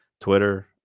twitter